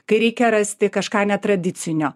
kai reikia rasti kažką netradicinio